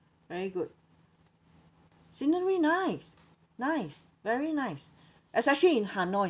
very good scenery nice nice very nice especially in hanoi